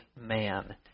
man